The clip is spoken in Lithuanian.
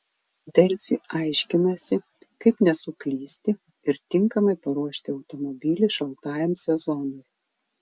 delfi aiškinasi kaip nesuklysti ir tinkamai paruošti automobilį šaltajam sezonui